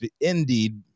indeed